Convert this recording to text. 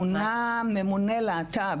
מונה ממונה להט"ב.